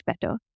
better